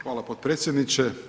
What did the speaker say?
Hvala potpredsjedniče.